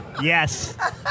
Yes